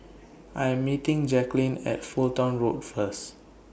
I Am meeting Jackeline At Fulton Road First